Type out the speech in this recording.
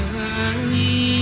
early